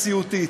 נשיאותית.